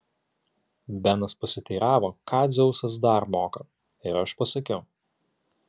benas pasiteiravo ką dzeusas dar moka ir aš pasakiau